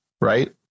right